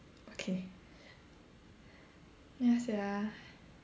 okay ya sia